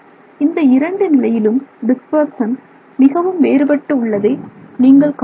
இந்த இரண்டு நிலையிலும் டிஸ்பர்சன் மிகவும் வேறுபட்டு உள்ளதை நீங்கள் காணமுடியும்